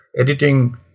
editing